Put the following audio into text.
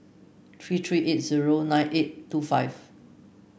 three three eight zero nine eight two five